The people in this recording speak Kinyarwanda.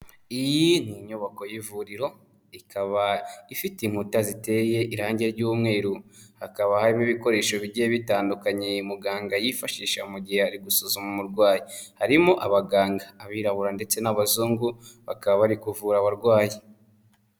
Iyi ni inyubako y'ivuriro, ikaba ifite inkuta ziteye irange ry'umweru. Hakaba harimo ibikoresho bigiye bitandukanye muganga yifashisha mu gihe ari gusuzuma umurwayi. Harimo abaganga, abirabura ndetse n'abazungu, bakaba bari kuvura abarwayi.